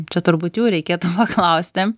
čia turbūt jų reikėtų paklausti